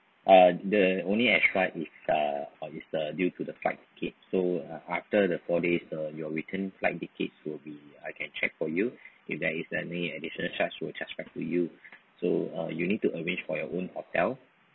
uh the only extra is uh is a due to the fight ticket so uh after the four days uh your return flight tickets will be I can check for you if there is any additional charge we'll charge back to you so uh you need to arrange for your own hotel